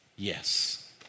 Yes